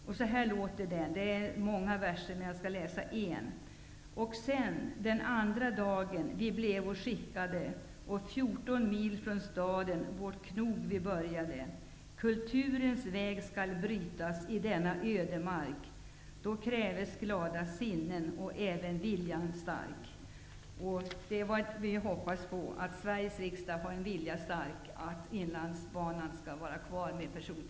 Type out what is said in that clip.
Där finns många verser, och jag kommer att läsa en av dem. Och se'n den andra dagen vi blevo skickade, och fjorton mil från staden vårt knog vi började, kulturens väg skall brytas i denna ödemark ,då kräves glada sinnen och även vilja stark. Vi hoppas att Sveriges riksdag har en vilja stark att